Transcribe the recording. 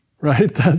right